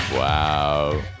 Wow